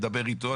תדבר אתו,